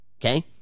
Okay